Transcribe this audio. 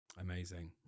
Amazing